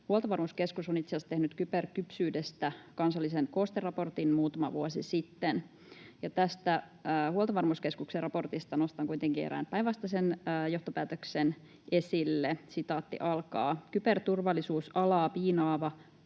Huoltovarmuuskeskus on itse asiassa tehnyt kyberkypsyydestä kansallisen koosteraportin muutama vuosi sitten. Tästä Huoltovarmuuskeskuksen raportista nostan kuitenkin erään päinvastaisen johtopäätöksen esille: ”Kyberturvallisuusalaa piinaava